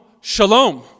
shalom